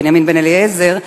בנימין בן-אליעזר,